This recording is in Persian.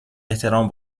احترام